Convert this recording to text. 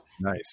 Nice